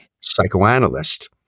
psychoanalyst